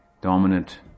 dominant